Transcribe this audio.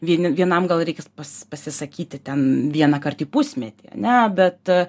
vieni vienam gal reikės pas pasisakyti ten vieną kart į pusmetį ar ne bet